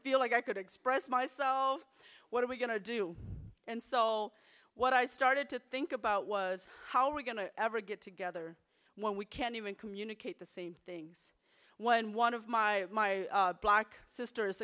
feel like i could express myself what are we going to do and so what i started to think about was how are we going to ever get together when we can't even communicate the same things when one of my black sisters